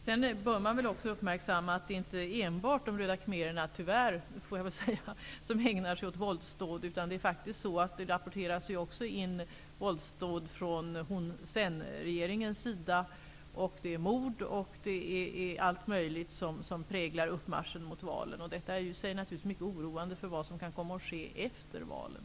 Man bör också uppmärksamma att det inte enbart är de röda khmererna som ägnar sig åt våldsdåd. Det rapporteras också om våldsdåd från Hun Senregeringens sida. Det är mord osv., som präglar uppmarschen mot valet. Det är oroande för vad som kan komma att ske efter valet.